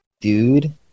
dude